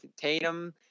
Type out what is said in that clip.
Tatum